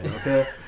Okay